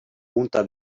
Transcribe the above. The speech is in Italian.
punta